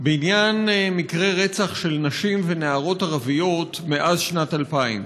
בעניין מקרי רצח של נשים ונערות ערביות מאז שנת 2000,